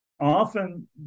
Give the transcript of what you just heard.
often